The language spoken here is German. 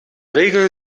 regel